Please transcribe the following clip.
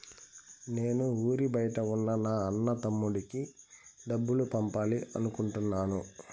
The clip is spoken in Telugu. నేను ఊరి బయట ఉన్న నా అన్న, తమ్ముడికి డబ్బులు పంపాలి అనుకుంటున్నాను